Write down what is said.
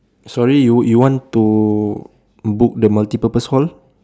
sorry you you want to book the multi purpose hall